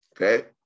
Okay